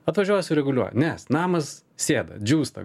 atvažiuoja sureguliuoja nes namas sėda džiūsta